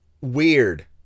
weird